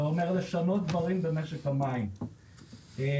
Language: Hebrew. זה אומר לשנות דברים במשק המים ואנחנו